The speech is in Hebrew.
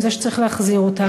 עם זה שצריך להחזיר אותם,